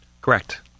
Correct